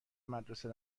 مدرسه